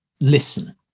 listen